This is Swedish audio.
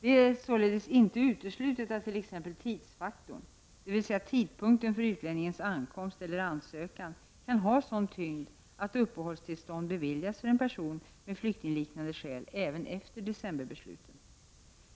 Det är således inte uteslutat att t.ex. tidsfaktorn, dvs. tidpunkten för utlänningens ankomst eller ansökan, kan ha sådan tyngd att uppehållstillstånd beviljas för en person med flyktingliknande skäl även efter decemberbesluten.